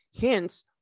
Hence